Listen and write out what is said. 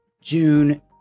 June